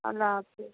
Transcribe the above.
اللہ حافظ